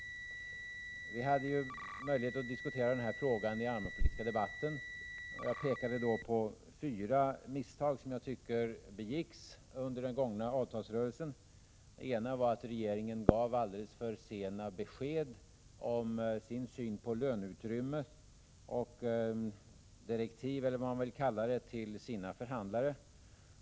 Vi hade möjlighet att diskutera den här frågan i den allmänpolitiska debatten. Jag pekade då på fyra misstag som jag tycker begicks under den gångna avtalsrörelsen. Det ena var att regeringen alldeles för sent gav besked om sin syn på löneutrymmet och om direktiven, eller vad man vill kalla det, till sina förhandlare.